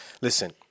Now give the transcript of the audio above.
Listen